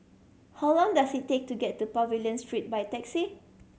how long does it take to get to Pavilion Street by taxi